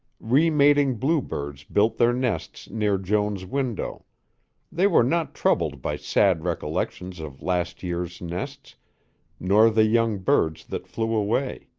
remating bluebirds built their nests near joan's window they were not troubled by sad recollections of last year's nests nor the young birds that flew away.